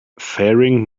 faring